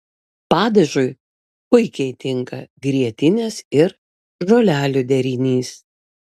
padažui puikiai tinka grietinės ir žolelių derinys